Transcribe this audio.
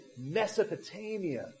Mesopotamia